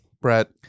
Brett